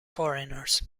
foreigners